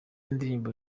indirimbo